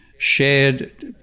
shared